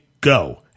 go